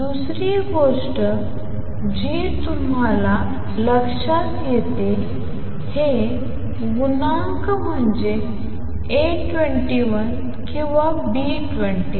दुसरी गोष्ट जी तुम्हाला लक्षात येते हे गुणांक म्हणजे A21 8πh3c3किंवा B21 A213